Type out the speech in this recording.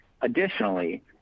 Additionally